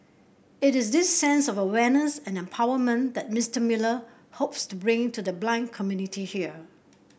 it is this sense of awareness and empowerment that Mister Miller hopes to bring to the blind community here